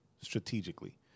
Strategically